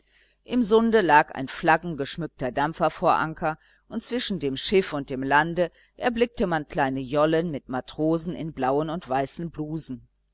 im sunde lag ein flaggengeschmückter dampfer vor anker und zwischen dem schiff und dem lande erblickte man kleine jollen mit matrosen in blauen und weißen blusen